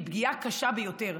והיא פגיעה קשה ביותר.